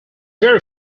very